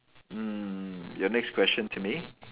mm your next question to me